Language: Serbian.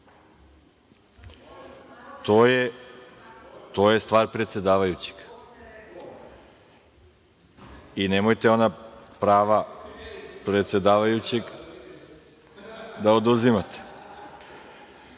To je stvar predsedavajućeg. Nemojte ona prava predsedavajućeg da oduzimate. Po